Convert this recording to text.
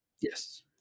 yes